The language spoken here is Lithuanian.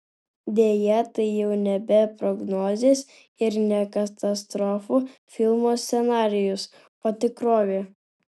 deja tai jau nebe prognozės ir ne katastrofų filmo scenarijus o tikrovė